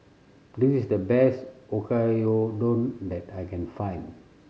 this is the best Oyakodon that I can find